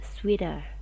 sweeter